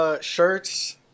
shirts